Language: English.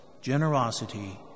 generosity